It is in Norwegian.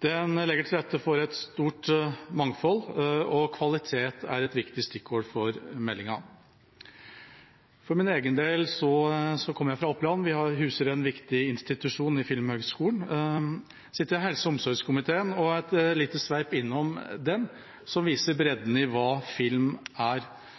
Den legger til rette for et stort mangfold. «Kvalitet» er et viktig stikkord for meldingen. For min egen del kommer jeg fra Oppland. Vi huser en viktig institusjon i Den norske filmskolen. Og så sitter jeg i helse- og omsorgskomiteen, og et lite sveip innom den som viser bredden i hva film er